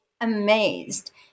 amazed